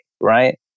right